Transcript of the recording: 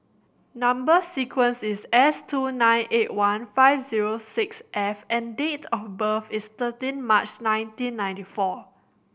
number sequence is S two nine eight one five zero six F and date of birth is thirteen March nineteen ninety four